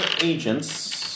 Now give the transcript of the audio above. agents